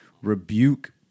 rebuke